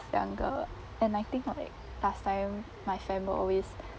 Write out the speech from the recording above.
younger when I think of it last time my family always